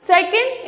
Second